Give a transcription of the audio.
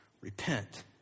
repent